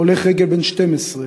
הולך רגל בן 12,